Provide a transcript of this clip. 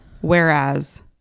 Whereas